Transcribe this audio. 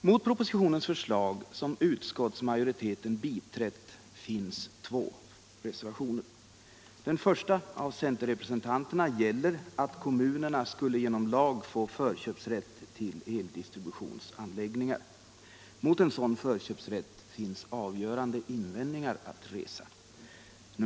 Mot propositionens förslag, som utskottsmajoriteten biträtt, finns två reservationer. Den första, av centerrepresentanterna, gäller att kommunerna skulle genom lag få förköpsrätt till eldistributionsanläggningar. Mot en sådan förköpsrätt finns avgörande invändningar att resa.